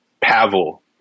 Pavel